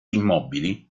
immobili